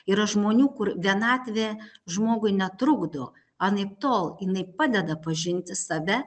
yra žmonių kur vienatvė žmogui netrukdo anaiptol jinai padeda pažinti save